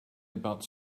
about